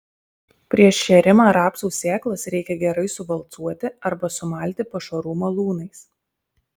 prieš šėrimą rapsų sėklas reikia gerai suvalcuoti arba sumalti pašarų malūnais